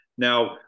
Now